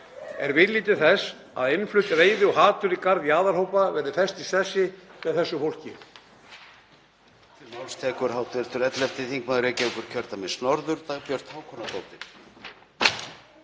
Er vilji til þess að innflutt reiði og hatur í garð jaðarhópa verði fest í sessi með þessu fólki?